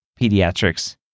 pediatrics